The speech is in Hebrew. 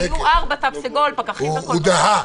הוא דהה.